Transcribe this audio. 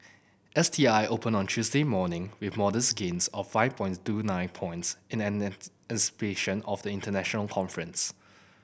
S T I opened on Tuesday morning with modest gains of five point two nine points in of the international conference